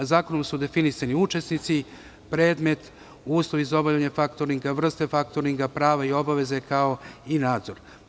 Zakonom su definisani učesnici, predmet, uslovi za obavljanje faktoringa, vrste faktoringa, prava i obaveze, kao i nadzor.